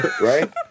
right